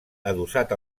adossat